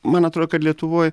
man atrod kad lietuvoj